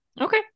Okay